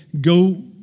go